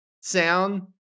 sound